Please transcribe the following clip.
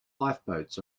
lifeboats